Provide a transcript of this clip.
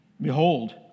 Behold